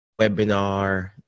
webinar